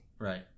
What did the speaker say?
Right